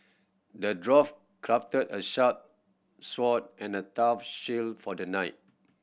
the dwarf crafted a sharp sword and a tough shield for the knight